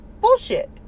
bullshit